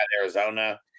Arizona